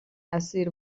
اسیر